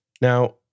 Now